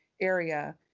area